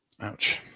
Ouch